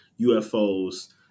UFOs